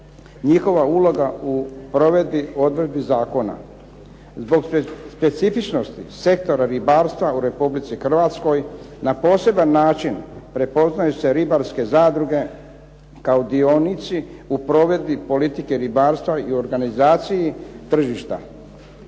njihova uloga u provedbi i odredbi zakona. Zbog specifičnosti sektora ribarstva u REpublici Hrvatskoj na poseban način prepoznaju se ribarske zadruge kao dionici u provedbi politike ribarstva i u organizaciji tržišta,